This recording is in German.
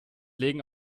legen